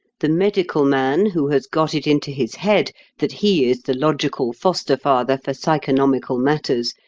the medical man who has got it into his head that he is the logical foster-father for psychonomical matters,